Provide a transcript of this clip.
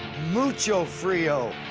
mucho frio.